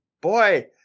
boy